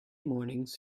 mornings